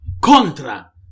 Contra